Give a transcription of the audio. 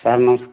sir ନମସ୍କାର